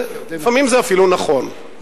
לפעמים זה אפילו נכון,